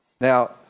Now